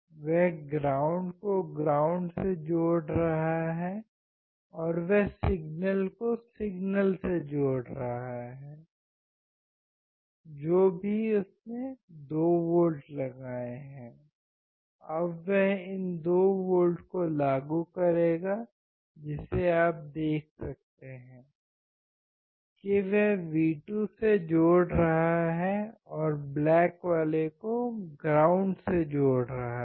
वह ग्राउंड को ग्राउंड से जोड़ रहा है और वह सिग्नल को सिग्नल से जोड़ रहा है जो भी उसने 2 वोल्ट लगाए हैं अब वह इन 2 वोल्ट को लागू करेगा जिसे आप देख सकते हैं कि वह V2 से जोड़ रहा है और ब्लैक वाले को ग्राउंड से जोड़ रहा है